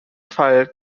fall